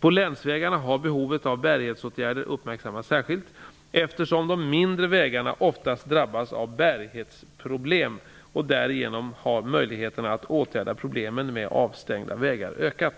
På länsvägarna har behovet av bärighetsåtgärder uppmärksammats särskilt, eftersom de mindre vägarna ofta drabbas av bärighetsproblem, och därigenom har möjligheterna att åtgärda problemen med avstängda vägar ökat.